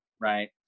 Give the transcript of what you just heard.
right